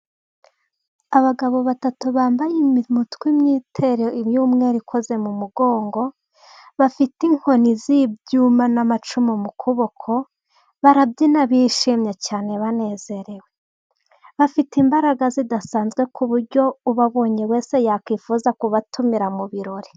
Abagabo batatu bambaye mu mutwe imyitero y'umweru ikoze mu mugongo, bafite inkoni z'ibyuma n'amacumu mu kuboko, barabyina bishimye cyane banezerewe, bafite imbaraga zidasanzwe ku buryo ubabonye wese yakwifuza kubatumira mu birori.